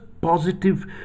positive